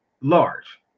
large